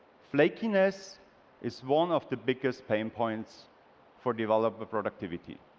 flakeyness is one of the biggest pain points for developing productivity.